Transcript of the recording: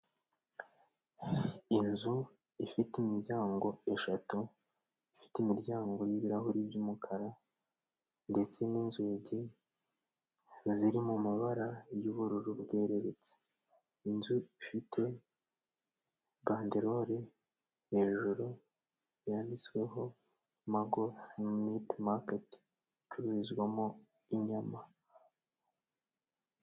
Inzu ifite imiryango eshatu, ifite imiryango y'ibirahuri by'umukara ndetse n'inzugi ziri mu mabara y'ubururu bwerurutse. Inzu ifite bandelori hejuru yanditsweho magole simiti maketi icururizwamo inyama.